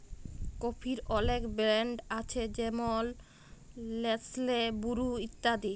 কফির অলেক ব্র্যাল্ড আছে যেমল লেসলে, বুরু ইত্যাদি